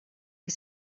que